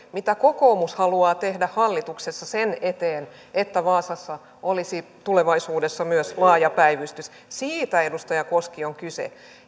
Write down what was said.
mitä kokoomus haluaa tehdä hallituksessa sen eteen että vaasassa olisi tulevaisuudessa myös laaja päivystys siitä edustaja koski on kyse